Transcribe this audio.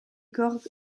georg